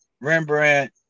Rembrandt